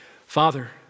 Father